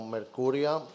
Mercuria